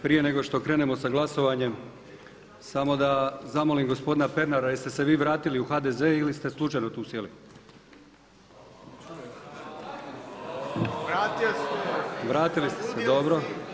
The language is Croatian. Prije nego što krenemo sa glasovanjem samo da zamolim gospodina Pernara jeste se vi vratili u HDZ ili ste slučajno tu sjeli? … [[Upadica se ne čuje.]] Vratili ste se, dobro.